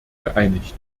geeinigt